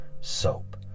Soap